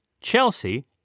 Chelsea